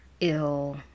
ill